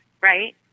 right